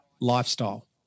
lifestyle